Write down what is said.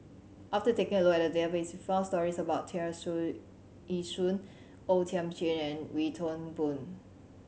after taking a look at the database we found stories about Tear Ee Soon O Thiam Chin and Wee Toon Boon